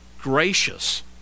gracious